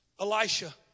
Elisha